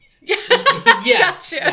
yes